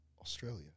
Australia